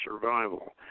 survival